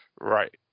Right